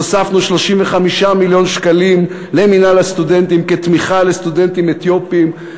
אז הוספנו 35 מיליון שקלים למינהל הסטודנטים כתמיכה לסטודנטים אתיופים.